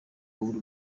habura